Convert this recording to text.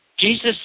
Jesus